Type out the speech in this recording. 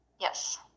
Yes